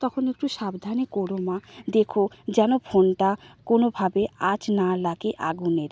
তখন একটু সাবধানে কোরো মা দেখো যেন ফোনটা কোনওভাবে আঁচ না লাগে আগুনের